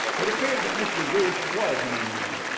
it appeared that mr ghoosh was an indian.